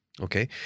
okay